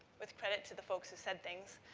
with credit to the folks who said things.